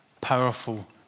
powerful